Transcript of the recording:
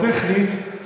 טכנית,